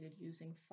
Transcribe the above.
using